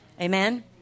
Amen